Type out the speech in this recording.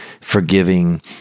forgiving